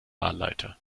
wahlleiter